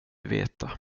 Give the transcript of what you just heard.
veta